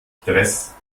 stress